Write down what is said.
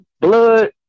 blood